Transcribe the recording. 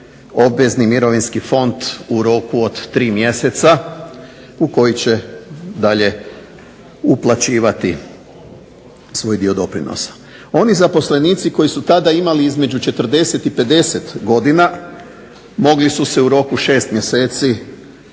obvezni mirovinski fond u roku od 3 mjeseca u koji će dalje uplaćivati svoj dio doprinosa. Oni zaposlenici koji su tada imali između 40 i 50 godina mogli su se u roku 6 mjeseci